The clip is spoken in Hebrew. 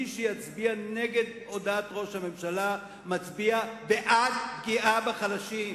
מי שיצביע נגד הודעת ראש הממשלה מצביע בעד פגיעה בחלשים,